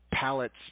pallets